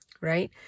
Right